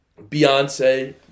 Beyonce